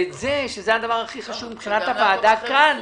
ואת זה, שזה הדבר הכי חשוב מבחינת הוועדה כאן,